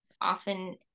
Often